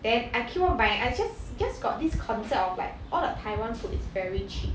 then I keep on buying I just just got this concept of like all the taiwan food is very cheap